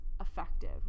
effective